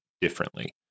differently